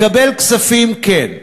לקבל כספים, כן,